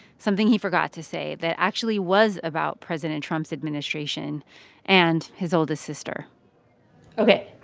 something he forgot to say that actually was about president trump's administration and his oldest sister ok.